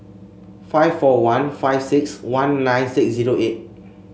five four one five six one nine six zero eight